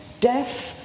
deaf